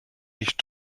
nicht